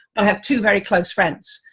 i have two very close friends,